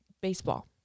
baseball